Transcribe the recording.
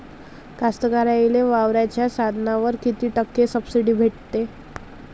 कास्तकाराइले वावराच्या साधनावर कीती टक्के सब्सिडी भेटते?